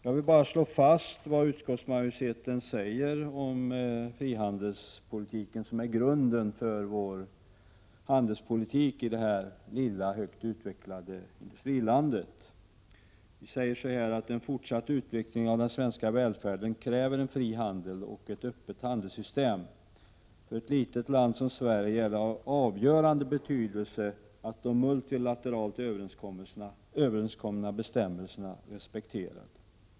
Jag vill slå fast vad utskottsmajoriteten säger om frihandelspolitiken, som är grunden för vår handelspolitik i det här lilla högt utvecklade industrilandet. Vi säger att en fortsatt utveckling av den svenska välfärden kräver en fri handel och ett öppet handelssystem. För ett litet land som Sverige är det av avgörande betydelse att de multilateralt överenskomna bestämmelserna respekteras.